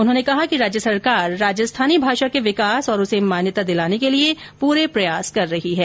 उन्होंने कहा कि राज्य सरकार राजस्थानी भाषा के विकास और उसे मान्यता दिलाने के लिए पूरे प्रयास कर रही है